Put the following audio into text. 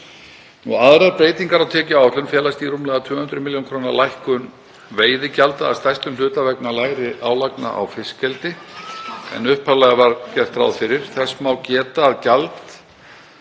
Aðrar breytingar á tekjuáætlun felast í rúmlega 200 millj. kr. lækkun veiðigjalda, að stærstum hluta vegna lægri álagna á fiskeldi en upphaflega var gert ráð fyrir. Þess má geta að gjald